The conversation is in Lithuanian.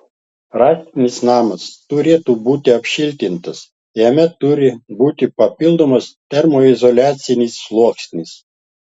rąstinis namas turėtų būti apšiltintas jame turi būti papildomas termoizoliacinis sluoksnis